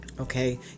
okay